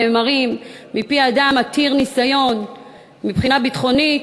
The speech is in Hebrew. נאמרים מפי אדם עתיר ניסיון מבחינה ביטחונית,